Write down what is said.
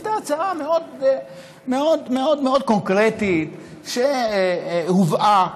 הייתה הצעה מאוד מאוד קונקרטית שהובאה